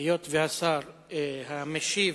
היות שהשר המשיב,